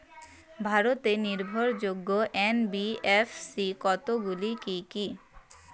ভারতের নির্ভরযোগ্য এন.বি.এফ.সি কতগুলি কি কি?